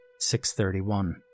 631